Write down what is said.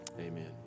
Amen